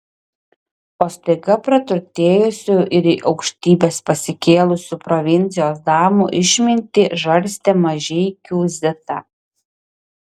o staiga praturtėjusių ir į aukštybes pasikėlusių provincijos damų išmintį žarstė mažeikių zita